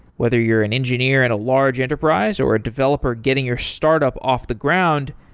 whether you're an engineer at a large enterprise, or a developer getting your startup off the ground,